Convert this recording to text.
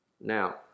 Now